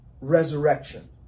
resurrection